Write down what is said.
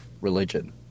religion